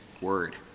word